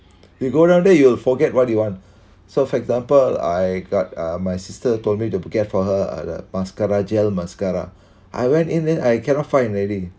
we go down there you will forget what do you want so for example I got uh my sister told me to get for her uh the mascara gel mascara I went in then I cannot find already